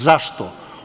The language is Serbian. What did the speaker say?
Zašto?